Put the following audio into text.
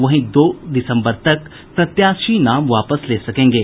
वहीं दो दिसम्बर तक प्रत्याशी नाम वापस ले सकेंगे